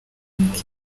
byo